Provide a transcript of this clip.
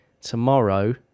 tomorrow